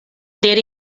their